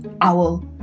Owl